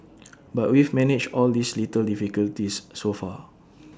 but we've managed all these little difficulties so far